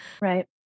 Right